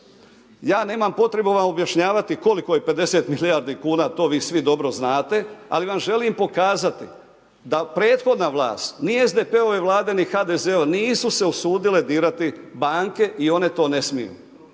Ja nemam potrebu vam objašnjavati koliko je 50 milijardi kuna, to vi svi dobro znate, ali vam želim pokazati da prethodna vlast, ni SDP-ove Vlade i HDZ-a nisu se usudile dirati banke i one to ne smiju.